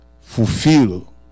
fulfill